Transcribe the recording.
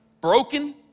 broken